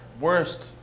worst